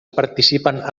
participen